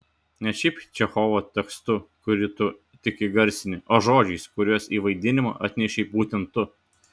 ne šiaip čechovo tekstu kurį tu tik įgarsini o žodžiais kuriuos į vaidinimą atnešei būtent tu